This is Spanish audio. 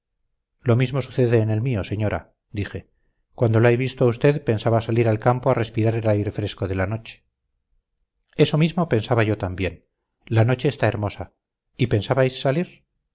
lo mismo sucede en el mío señora dije cuando la he visto a usted pensaba salir al campo a respirar el aire fresco de la noche eso mismo pensaba yo también la noche está hermosa y pensabais salir